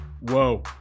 Whoa